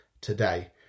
today